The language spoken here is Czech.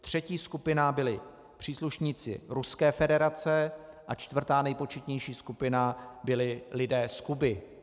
Třetí skupina byli příslušníci Ruské federace a čtvrtá, nejpočetnější skupina byli lidé z Kuby.